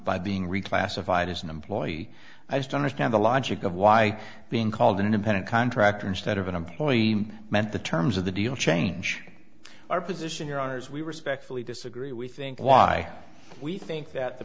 by being reclassified as an employee i just understand the logic of why being called an independent contractor instead of an employee meant the terms of the deal change our position your honour's we respectfully disagree we think why we think that the